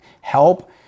help